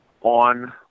on